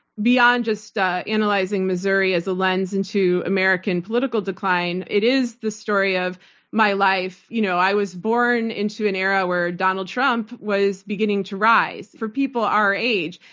beyond just ah analyzing missouri as a lens into american political decline. it is the story of my life. you know i was born into an era where donald trump was beginning to rise. for people our age,